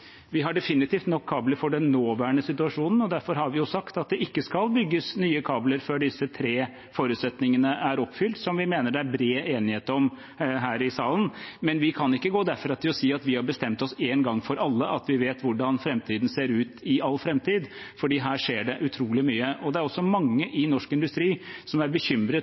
Vi har definitivt nok kabler for den nåværende situasjonen, og derfor har vi sagt at det ikke skal bygges nye kabler før disse tre forutsetningene er oppfylt som vi mener det er bred enighet om her i salen. Men vi kan ikke gå derfra til å si at vi har bestemt oss én gang for alle, at vi vet hvordan framtiden ser ut i all framtid, for her skjer det utrolig mye. Det er også mange i norsk industri som er bekymret